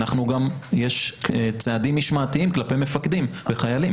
יש גם צעדים משמעתיים כלפי מפקדים וחיילים.